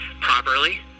properly